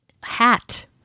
hat